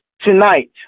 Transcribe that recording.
tonight